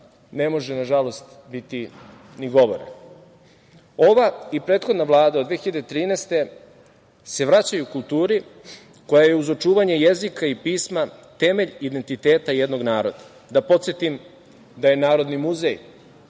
ne može, nažalost, biti ni govora. Ova i prethodna Vlada od 2013. godine se vraćaju kulturi koja je, uz očuvanje jezika i pisma, temelj identiteta jednog naroda. Da podsetim da je Narodni muzej,